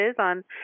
on